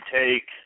take